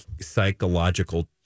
psychological